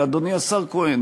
אדוני השר כהן,